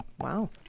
wow